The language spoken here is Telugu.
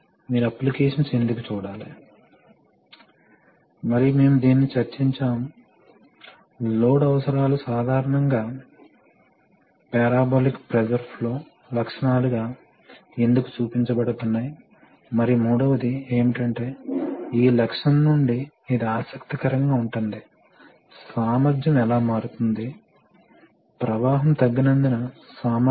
కాబట్టి మేము దీనిని చర్చించిన ప్రధాన భాగాలు రెండు ప్రధాన రకాల కంప్రెషర్లకు పేరు చెప్పగలరా కాబట్టి రెండు ప్రధాన రకాల కంప్రెషర్లు రెసిప్రొకెటింగ్ రోటరీ వాల్వ్స్ రకం కావచ్చు ఫ్యాన్ రకం కావచ్చు నాన్ పాజిటివ్ డిస్ప్లేసెమెంట్